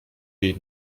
jej